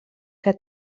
que